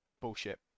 bullshit